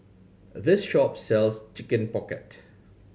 this shop sells Chicken Pocket